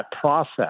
process